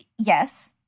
Yes